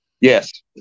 Yes